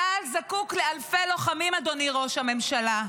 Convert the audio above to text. צה"ל זקוק לאלפי לוחמים, אדוני ראש הממשלה.